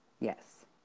Yes